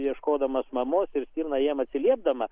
ieškodamas mamos ir stirna jam atsiliepdama